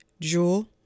Jewel